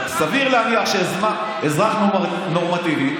סביר להניח שאזרח נורמטיבי,